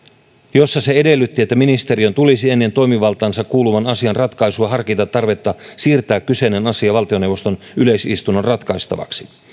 jossa se edellytti että ministeriön tulisi ennen toimivaltaansa kuuluvan asian ratkaisua harkita tarvetta siirtää kyseinen asia valtioneuvoston yleis istunnon ratkaistavaksi